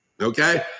Okay